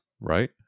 right